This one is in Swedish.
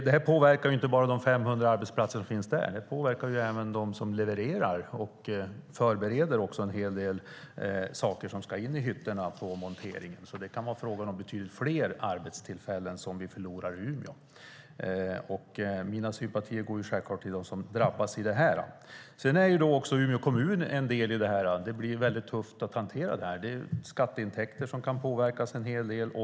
Det här påverkar inte bara de 500 arbetsplatser som finns där utan även dem som levererar och förbereder saker som ska in i hytterna på monteringen. Det kan vara fråga om betydligt fler arbetstillfällen som går förlorade i Umeå. Mina sympatier går självklart till dem som drabbas. Umeå kommun är en del i detta. Det kommer att bli tufft att hantera denna fråga. Skatteintäkter påverkas.